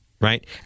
right